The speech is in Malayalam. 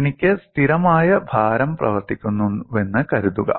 എനിക്ക് സ്ഥിരമായ ഭാരം പ്രവർത്തിക്കുന്നുവെന്ന് കരുതുക